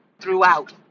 throughout